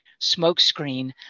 smokescreen